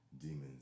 demons